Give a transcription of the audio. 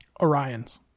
Orions